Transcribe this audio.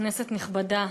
כנסת נכבדה,